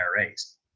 IRAs